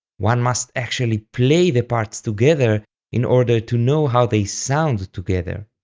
one must actually play the parts together in order to know how they sound together.